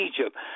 Egypt